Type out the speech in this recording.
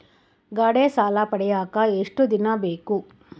ಗಾಡೇ ಸಾಲ ಪಡಿಯಾಕ ಎಷ್ಟು ದಿನ ಬೇಕು?